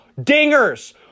Dingers